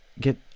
get